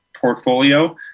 portfolio